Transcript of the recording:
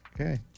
okay